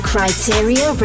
Criteria